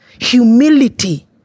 humility